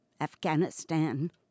Afghanistan